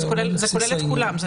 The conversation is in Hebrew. זה כולל את כולם.